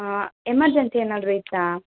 ಹಾಂ ಎಮರ್ಜೆನ್ಸಿ ಏನಾದರು ಇತ್ತಾ